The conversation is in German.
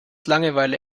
langeweile